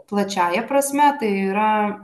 plačiąja prasme tai yra